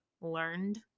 learned